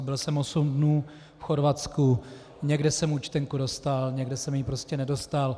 Byl jsem osm dní v Chorvatsku, někde jsem účtenku dostal, někde jsem ji prostě nedostal.